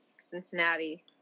Cincinnati